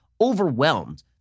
overwhelmed